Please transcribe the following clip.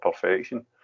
perfection